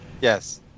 Yes